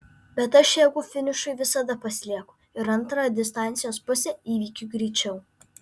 bet aš jėgų finišui visada pasilieku ir antrą distancijos pusę įveikiu greičiau